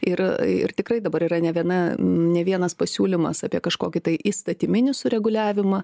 ir ir tikrai dabar yra ne viena ne vienas pasiūlymas apie kažkokį tai įstatyminį sureguliavimą